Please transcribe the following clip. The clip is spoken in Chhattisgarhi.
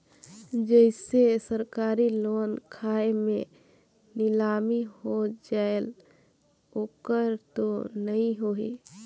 जैसे सरकारी लोन खाय मे नीलामी हो जायेल ओकर तो नइ होही?